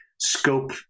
scope